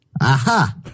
Aha